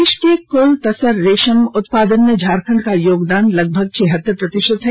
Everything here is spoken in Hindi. देश के कुल तसर रेशम उत्पादन में झारखंड का योगदान लगभग छिहत्तर प्रतिशत है